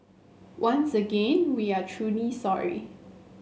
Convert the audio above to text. once again we are truly sorry